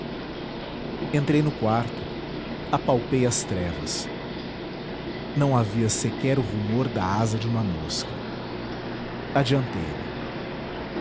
entrei no quarto apalpei as trevas não havia sequer o rumor da asa de uma mosca adianteime achei